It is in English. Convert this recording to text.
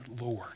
Lord